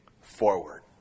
Forward